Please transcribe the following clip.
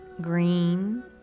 green